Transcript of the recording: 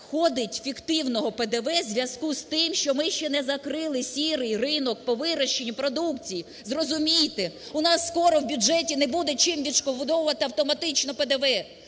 ходить фіктивного ПДВ у зв'язку з тим, що ми ще не закрили "сірий" ринок по вирощенню продукції, зрозумійте?! У нас скоро в бюджеті не буде чим відшкодовувати автоматично ПДВ.